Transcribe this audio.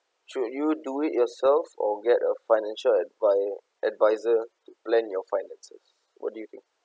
should you do it yourself or get a financial advi~ advisor to plan your finances what do you think